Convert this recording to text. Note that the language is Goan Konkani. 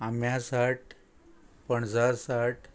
आम्या साठ पणजा साठ